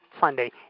Sunday